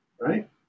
right